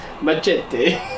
Machete